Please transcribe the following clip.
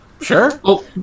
Sure